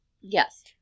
Yes